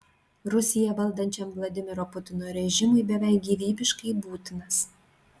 rusiją valdančiam vladimiro putino režimui beveik gyvybiškai būtinas